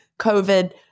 COVID